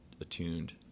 attuned